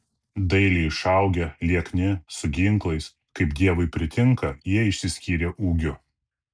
dailiai išaugę liekni su ginklais kaip dievui pritinka jie išsiskyrė ūgiu